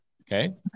Okay